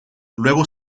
luego